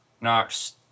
knocks